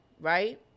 right